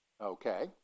Okay